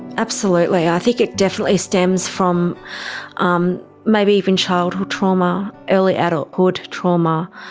absolutely, i think it definitely stems from um maybe even childhood trauma, early adulthood trauma.